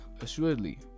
assuredly